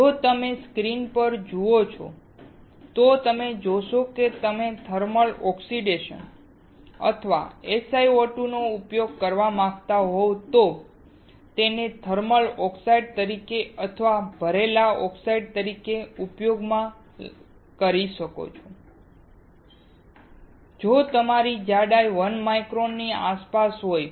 જો તમે સ્ક્રીન જુઓ છો તો તમે જોશો કે જો તમે થર્મલ ઓક્સિડેશન અથવા SiO2 નો ઉપયોગ કરવા માંગતા હો તો તમે તેને થર્મલ ઓક્સાઇડ તરીકે અથવા ભરેલા ઓક્સાઇડ તરીકે ઉપયોગ કરી શકો છો જો તમારી જાડાઈ 1 માઇક્રોન ની આસપાસ હોય